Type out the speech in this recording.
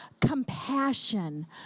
compassion